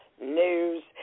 news